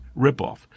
ripoff